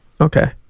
Okay